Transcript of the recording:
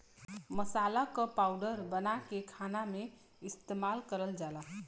मसाला क पाउडर बनाके खाना में इस्तेमाल करल जाला